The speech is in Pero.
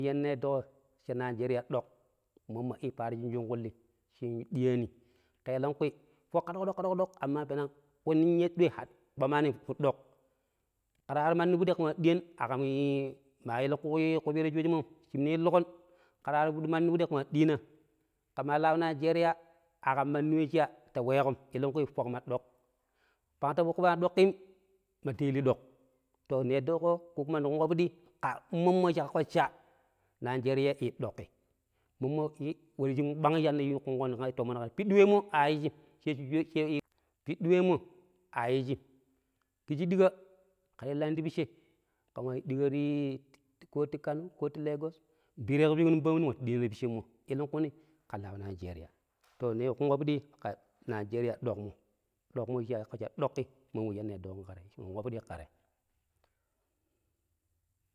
Fudi shi ne yadduko cha Najeeria dok, mommo i paaro shin shingkunli i diyaani kelong kui fok ka dok-dok-dok ka dok-dok-dok amma peneng ku minyai kpomaani foddok kera waro manni fudi. Maa elegkui kupiira shoojemom shi minu illukoh kera waro manni fudi ken mwa diina, ke maa laan Najeriya amma manni we shira weekom elegkui fokma dok pangta fokki a dottiim ya ilina dok ta ne yedduko ko kuma ne kumko pidi. Immommo i kakko cha Najeeriya i dokki, mommo we shi kpang shi kongkon tomon ka te a yiijim kiji dika kera illani ti picce ken nwa yiiro dika koti kanu ko ti Lagos nbireeko piiko nong paamuni nwatti diina ti piccemmo elegkuni, ke laau Najeeriya to, ne kungko pidi Najeeriya dokmo dokki shi kakko cha dokki, momo we shi ne yaddo ke ta ne kumko pidi ka te.